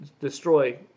destroy